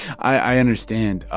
i understand.